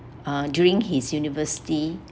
uh during his university